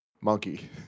Monkey